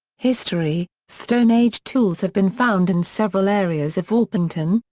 history stone age tools have been found in several areas of orpington,